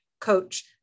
coach